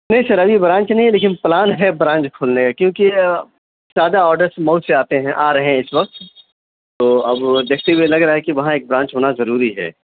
نہیں سر ابھی برانچ نہیں لیکن پلان ہے برانچ کھولنے کا کیونکہ زیادہ آڈرس مؤ سے آتے ہیں آ رہے ہیں اِس وقت تو اب دیکھتے ہوئے لگ رہا ہے کہ وہاں ایک برانچ ہونا ضروری ہے